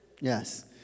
Yes